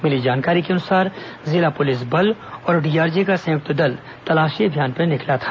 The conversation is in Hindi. मिली जानकारी के अनुसार जिला पुलिस बल और डीआरजी का संयुक्त दल तलाशी अभियान पर निकला था